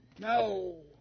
No